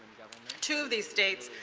two of the states,